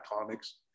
comics